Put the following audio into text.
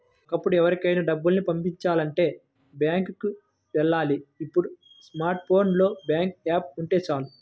ఒకప్పుడు ఎవరికైనా డబ్బుని పంపిచాలంటే బ్యాంకులకి వెళ్ళాలి ఇప్పుడు స్మార్ట్ ఫోన్ లో బ్యాంకు యాప్ ఉంటే చాలు